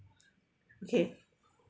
okay